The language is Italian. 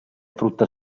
frutta